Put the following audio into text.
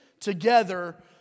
together